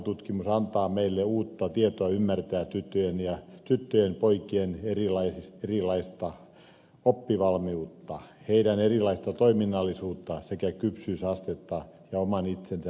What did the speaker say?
aivotutkimus antaa meille uutta tietoa ymmärtää tyttöjen ja poikien erilaista oppivalmiutta erilaista toiminnallisuutta sekä kypsyysastetta ja oman itsensä säätelyä